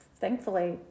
thankfully